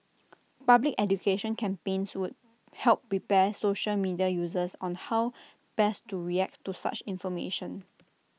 public education campaigns would help prepare social media users on how best to react to such information